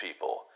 people